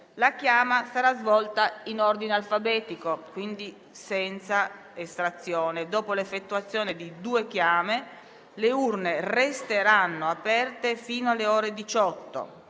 La chiama sarà svolta in ordine alfabetico, quindi senza estrazione. Dopo l'effettuazione di due chiame, le urne resteranno aperte fino alle ore 18,